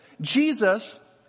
Jesus